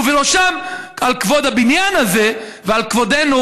ובראשם על כבוד הבניין הזה ועל כבודנו,